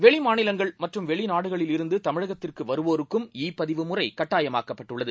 வெளிமாநிலங்கள்மற்றும்வெளிநாடுகளில்இருந்துதமி ழகத்திற்குவருவோருக்கும் இ பதிவுமுறைகட்டாயமாக்கப்பட்டுள்ளது